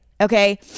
okay